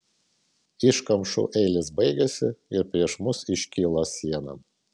iškamšų eilės baigėsi ir prieš mus iškilo siena